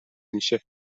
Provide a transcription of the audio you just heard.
میشه